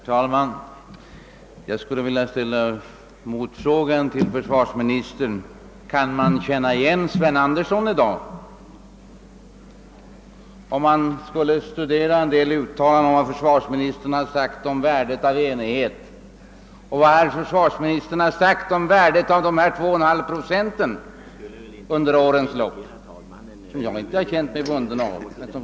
Herr talman! Jag skulle vilja ställa en motfråga: Kan man känna igen Sven Andersson i dag? När jag studerat en del uttalanden av försvarsministern under årens lopp om värdet av enighet och värdet av dessa 2,5 procent är den frågan motiverad.